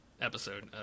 episode